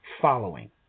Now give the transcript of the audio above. following